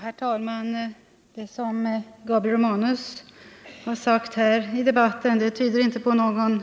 Herr talman! Det som Gabriel Romanus sagt här i debatten tyder inte precis på någon